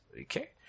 Okay